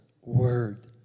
word